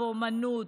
אומנות,